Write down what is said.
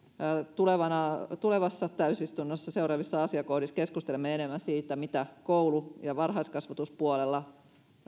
tulevassa tulevassa täysistunnossa seuraavissa asiakohdissa keskustelemme enemmän siitä mitä koulu ja varhaiskasvatuspuolella